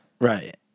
Right